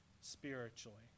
spiritually